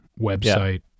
website